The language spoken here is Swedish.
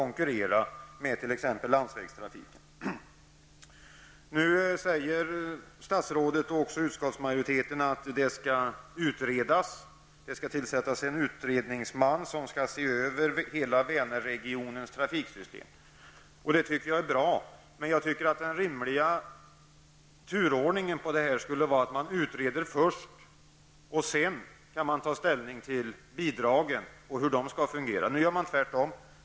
Nu säger statsrådet och utskottsmajoriteten att det skall tillsättas en utredningsman, som skall se över hela Vänerregionens trafiksystem. Det tycker jag är bra. Men jag tycker att den rimliga turordningen borde vara att man först utreder. Sedan kan man ta ställning till bidragen. Nu gör man tvärtom.